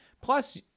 plus